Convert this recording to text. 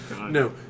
No